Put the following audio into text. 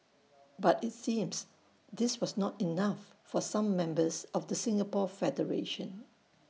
but IT seems this was not enough for some members of the Singapore federation